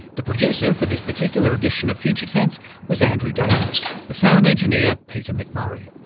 the producer for this particular edition of future tense was andrew davies the sound engineer peter mcmurray.